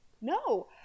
No